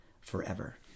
forever